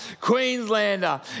Queenslander